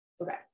Okay